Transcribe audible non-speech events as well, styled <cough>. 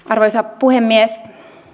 <unintelligible> arvoisa puhemies